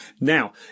Now